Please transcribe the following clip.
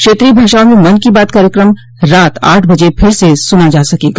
क्षेत्रीय भाषाओं में मन की बात कार्यक्रम रात आठ बजे फिर से सुना जा सकेगा